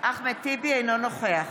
אינו נוכח